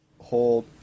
Hold